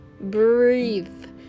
breathe